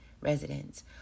residents